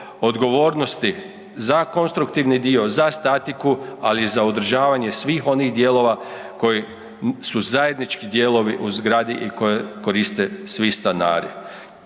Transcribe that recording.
odgovornosti za konstruktivni dio za statiku, ali i za održavanje svih onih dijelova koji su zajednički dijelovi u zgradi i koje koriste svi stanari.